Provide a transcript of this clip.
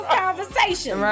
conversation